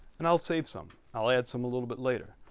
and i'll save some. i'll add some a little bit later.